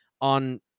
on